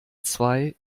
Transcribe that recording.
zwei